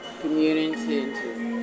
community